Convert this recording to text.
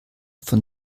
von